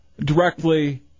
directly